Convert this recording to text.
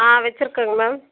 ஆ வச்சுருக்குறேங்க மேம்